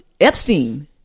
Epstein